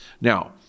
Now